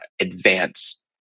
advance